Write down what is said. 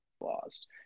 lost